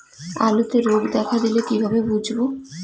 আলুতে রোগ দেখা দিলে কিভাবে বুঝবো?